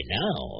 now